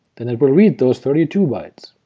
then it will read those thirty two bytes.